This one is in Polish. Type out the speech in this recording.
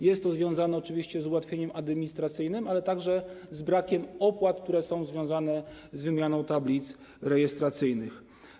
Jest to oczywiście związane z ułatwieniem administracyjnym, ale także z brakiem opłat, które są związane z wymianą tablic rejestracyjnych.